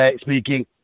speaking